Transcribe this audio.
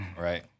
Right